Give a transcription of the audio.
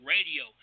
Radio